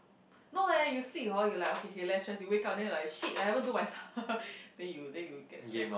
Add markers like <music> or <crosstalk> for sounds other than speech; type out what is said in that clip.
no leh you sleep hor you like okay K less stress you wake up then like shit I haven't do my stuff <laughs> then you then you will get stress